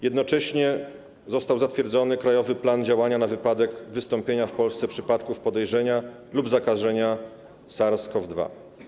Jednocześnie został zatwierdzony krajowy plan działania na wypadek wystąpienia w Polsce przypadków podejrzenia lub zakażenia SARS-CoV-2.